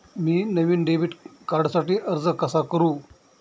मी नवीन डेबिट कार्डसाठी अर्ज कसा करु?